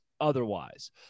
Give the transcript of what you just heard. otherwise